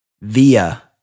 via